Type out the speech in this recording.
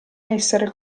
essere